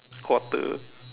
quarter